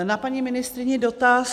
Na paní ministryni dotaz.